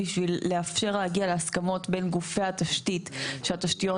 בשביל לאפשר הגיע להסכמות בין גופי התשתית שהתשתיות